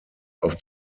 auf